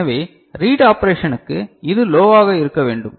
எனவே ரீட் ஆப்பரேஷனுக்கு இது லோவாக இருக்க வேண்டும்